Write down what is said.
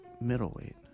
middleweight